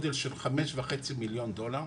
כ-5.5 מיליון דולר,